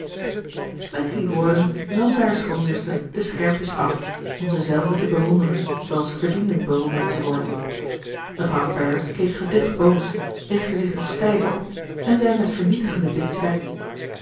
met die woorden nam ze haar schoonzuster de schermpjes af om ze zelve te bewonderen zooals ze verdienden bewonderd te worden mevrouw ferrars keek geducht boos richtte zich nog stijver op en zei met vernietigende